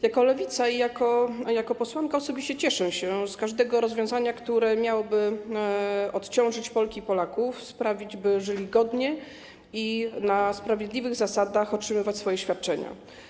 Jako przedstawicielka Lewicy i jako posłanka osobiście cieszę się z każdego rozwiązania, które miałoby odciążyć Polki i Polaków, sprawić, by żyli godnie i na sprawiedliwych zasadach otrzymywali swoje świadczenia.